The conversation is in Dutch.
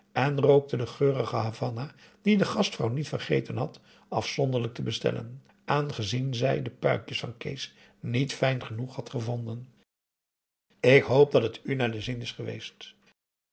en rookte de geurige havana die de gastvrouw niet vergeten had afzonderlijk te bestellen aangezien zij de puikjes van kees niet fijn genoeg had gevonden ik hoop dat het u naar den zin is geweest